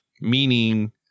Meaning